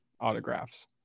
autographs